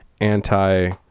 anti